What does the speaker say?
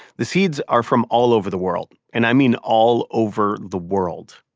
the seeds are from all over the world and i mean all over the world.